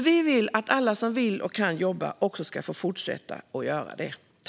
Vi vill att alla som vill och kan jobba också ska få fortsätta att göra det.